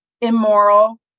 immoral